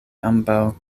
ambaŭ